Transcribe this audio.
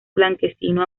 blanquecino